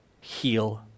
Heal